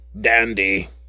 Dandy